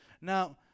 Now